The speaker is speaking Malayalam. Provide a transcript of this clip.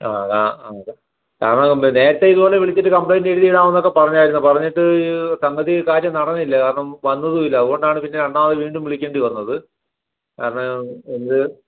ആ ആ ആ അതാ കാരണം ഇത് നേരത്തെ ഇതുപോലെ വിളിച്ചിട്ട് കംപ്ലയിൻ്റ് എഴുതിയിടാം എന്നൊക്കെ പറഞ്ഞായിരുന്നു പറഞ്ഞിട്ട് തന്നത് ഈ കാര്യം നടന്നില്ല കാരണം വന്നതും ഇല്ല അതുകൊണ്ടാണ് പിന്നെ രണ്ടാമതു വീണ്ടും വിളിക്കേണ്ടി വന്നത് കാരണം ഇത്